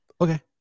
Okay